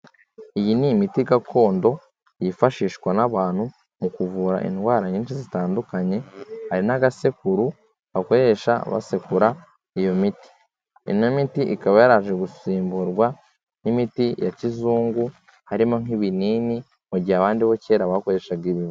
Iyi ni imiti gakondo yifashishwa n'abantu mu kuvura indwara nyinshi zitandukanye, hari n'agasekuru bakoresha basekura iyo miti. Ino miti ikaba yaraje gusimburwa n'imiti ya kizungu, harimo nk'ibinini, mu gihe abandi bo kera bakoreshaga ibi.